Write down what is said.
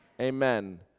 amen